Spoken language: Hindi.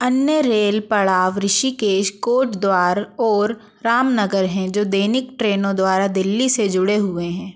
अन्य रेल पड़ाव ऋषिकेश कोटद्वार और रामनगर हैं जो दैनिक ट्रेनों द्वारा दिल्ली से जुड़े हुए हैं